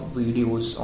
videos